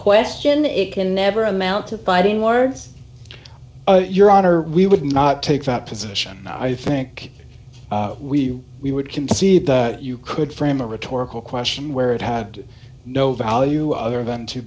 question it can never amount to fighting words your honor we would not take that position i think we we would concede that you could frame a rhetorical question where it had no value other than to